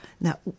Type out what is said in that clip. Now